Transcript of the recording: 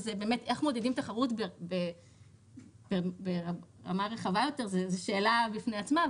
איך מודדים תחרות ברמה רחבה יותר זו שאלה בפני עצמה,